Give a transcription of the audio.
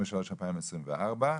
ו-2024).